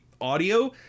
audio